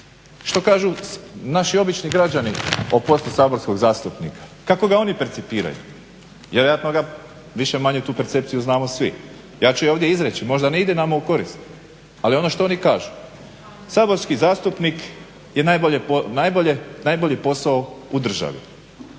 Što kažu naši obični građani o poslu saborskog zastupnika, kako ga oni percipiraju? Vjerojatno ga više-manje tu percepciju znamo svi. ja ću je ovdje izreći, možda ne ide nama u korist, ali ono što oni kažu saborski zastupnik je najbolji posao u državi,